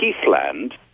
Heathland